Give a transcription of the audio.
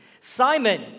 Simon